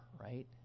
right